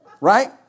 Right